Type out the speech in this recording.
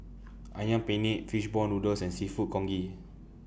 Ayam Penyet Fish Ball Noodles and Seafood Congee